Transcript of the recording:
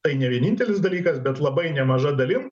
tai ne vienintelis dalykas bet labai nemaža dalim